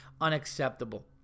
unacceptable